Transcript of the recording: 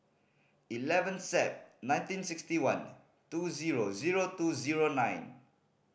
eleven Sep nineteen sixty one two zero zero two zero nine